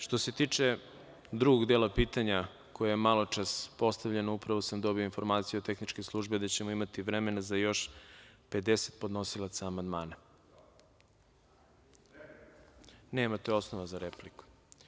Što se tiče drugog dela pitanja koje je malopre postavljeno, upravo samo dobio tu informaciju od tehničke službe da ćemo imati vremena za još 50 podnosilaca amandmana. (Zoran Krasić, s mesta: Replika.) Nemate osnov za repliku.